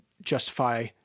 justify